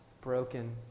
broken